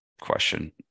question